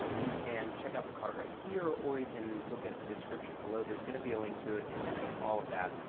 you can check out the card right here, or you can look at the description below. there's going to be a link to it, and screens, all of that.